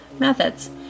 methods